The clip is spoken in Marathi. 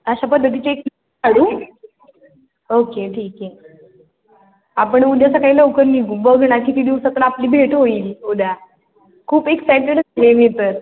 अशा पद्धतीचे एक काढू ओके ठीक आहे आपण उद्या सकाळी लवकर निघू बघ ना किती दिवसातून आपली भेट होईल उद्या खूप एक्सायटेड असतेय तर